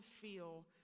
feel